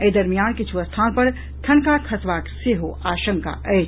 एहि दरमियान किछु स्थान पर ठनका खसबाक सेहो आशंका अछि